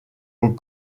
aux